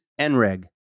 NREG